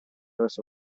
verso